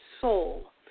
soul